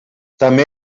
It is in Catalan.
també